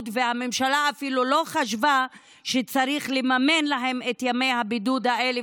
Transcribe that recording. ושהממשלה אפילו לא חשבה שצריך לממן להם את ימי הבידוד האלה,